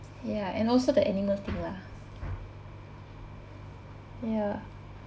ya and also the animal thing lah yeah